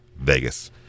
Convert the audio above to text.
Vegas